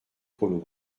trop